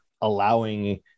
allowing